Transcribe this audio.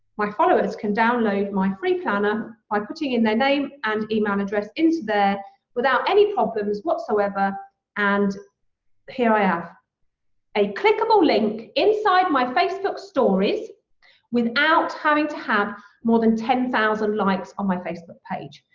my followers can download my free planner by putting in their name and email address into there without any problems whatsoever and here i have a clickable link inside my facebook stories without having to have more than ten thousand likes on my facebook page.